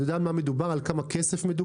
אני יודע על מה מדובר, על כמה כסף מדובר.